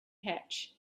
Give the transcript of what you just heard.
hatch